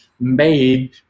made